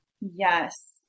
yes